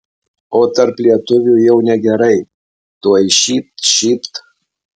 o tarp lietuvių jau negerai tuoj šypt šypt